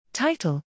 Title